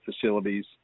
facilities